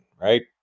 right